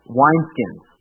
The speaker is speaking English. wineskins